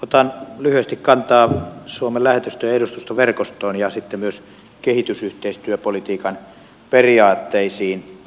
otan lyhyesti kantaa suomen lähetystöjen edustustoverkostoon ja myös kehitysyhteistyöpolitiikan periaatteisiin